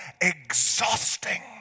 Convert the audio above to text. exhausting